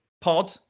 pod